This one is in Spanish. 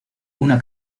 una